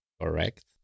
Correct